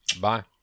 Bye